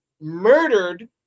murdered